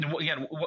again